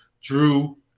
Drew